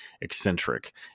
eccentric